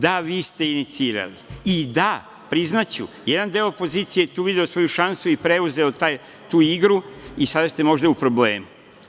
Da, vi ste je inicirali i da, priznaću, jedan deo opozicije je tu video svoju šansu i preuzeo tu igru i sada ste možda u problemu.